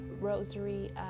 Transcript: rosary